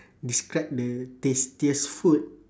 describe the tastiest food